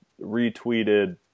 retweeted